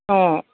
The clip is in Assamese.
অঁ